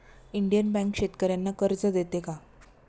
Indian bank शेतकर्यांना कर्ज देते का?